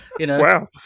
Wow